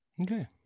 Okay